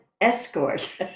escort